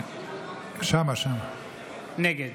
נגד